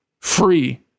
free